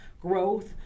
growth